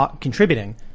contributing